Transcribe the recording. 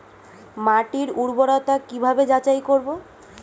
মাটির উর্বরতা কি ভাবে যাচাই করব?